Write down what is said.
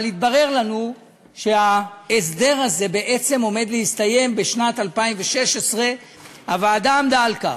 אבל התברר לנו שההסדר הזה עומד להסתיים בשנת 2016. הוועדה עמדה על כך,